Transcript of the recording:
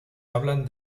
hablan